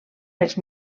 els